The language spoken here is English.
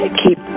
keep